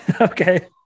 Okay